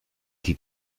die